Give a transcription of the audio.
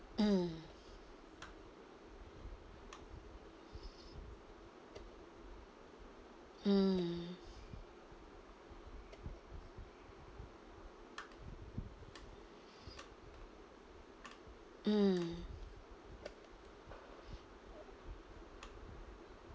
mm mm mm